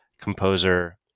composer